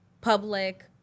public